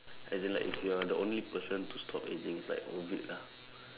as in like if you're the only person to stop aging it's like worth it lah